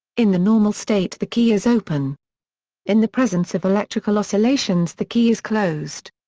in the normal state the key is open in the presence of electrical oscillations the key is closed.